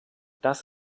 das